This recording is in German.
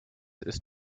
ist